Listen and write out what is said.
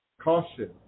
caution